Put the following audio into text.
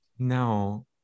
no